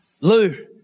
Lou